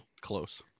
close